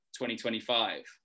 2025